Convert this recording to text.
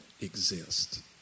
exist